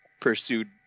pursued